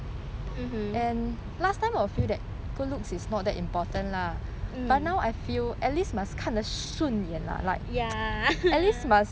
mmhmm ya